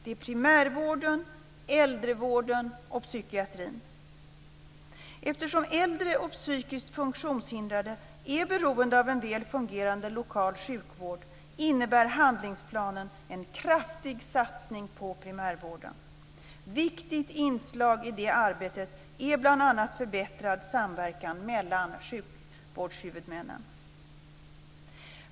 De är primärvården, äldrevården och psykiatrin. Eftersom äldre och psykiskt funktionshindrade är beroende av en väl fungerande lokal sjukvård innebär handlingsplanen en kraftig satsning på primärvården. Ett viktigt inslag i det arbetet är bl.a. förbättrad samverkan mellan sjukvårdshuvudmännen.